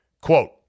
quote